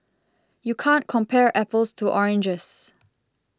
you can't compare apples to oranges